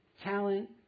talent